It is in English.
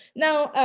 now,